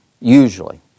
Usually